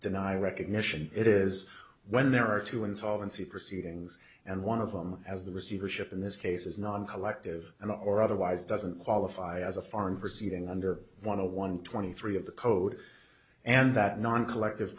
deny recognition it is when there are two insolvency proceedings and one of them as the receivership in this case is non collective and or otherwise doesn't qualify as a foreign proceeding under one a one twenty three of the code and that non collective